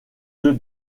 deux